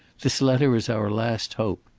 this letter is our last hope.